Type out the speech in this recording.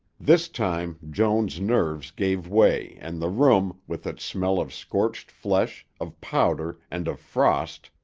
this time joan's nerves gave way and the room, with its smell of scorched flesh, of powder, and of frost,